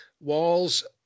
walls